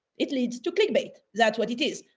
it leads to click bait. that's what it is.